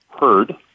Heard